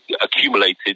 accumulated